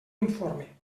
informe